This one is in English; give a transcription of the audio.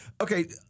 okay